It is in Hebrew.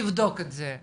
תבדוק את זה.